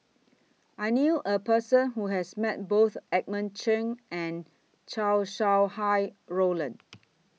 I knew A Person Who has Met Both Edmund Cheng and Chow Sau Hai Roland